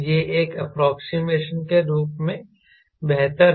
यह एक एप्रोक्सीमेशन के रूप में बेहतर है